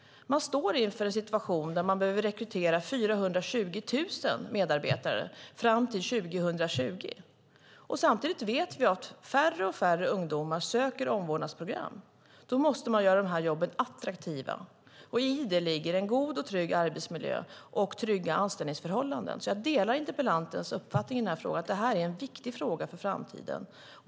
Man står inför en situation där man behöver rekrytera 420 000 medarbetare fram till 2020. Samtidigt vet vi att allt färre ungdomar söker till omvårdnadsprogram. Då måste man göra de här jobben attraktiva, och i det ligger en god och trygg arbetsmiljö och trygga anställningsförhållanden. Jag delar interpellantens uppfattning att detta är en viktig fråga för framtiden.